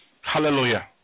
Hallelujah